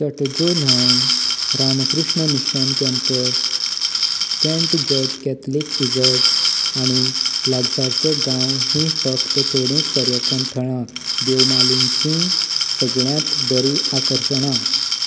चटजो न्हंय Ramakrishna Mission campus Saint George Catholic इगर्ज आनी लागसारचे गांव हीं फकत थोडींच पर्यटन थळां देवमालीचीं सगळ्यांत बरीं आकर्शणां